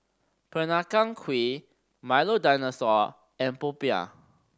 Peranakan Kueh Milo Dinosaur and popiah